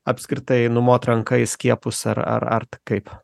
apskritai numot ranka į skiepus ar ar ar kaip